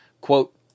quote